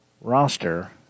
roster